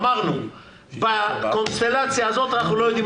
אמרנו שבקונסטלציה הזאת,